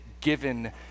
given